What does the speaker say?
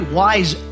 wise